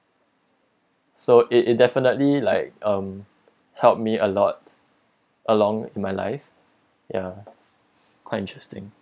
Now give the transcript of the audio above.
so it it definitely like um helped me a lot along in my life ya quite interesting